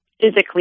physically